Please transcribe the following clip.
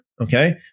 okay